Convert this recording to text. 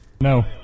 No